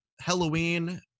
Halloween